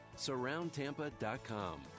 SurroundTampa.com